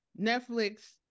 Netflix